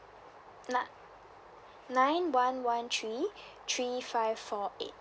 ni~ nine one one three three five four eight